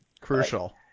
Crucial